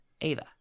Ava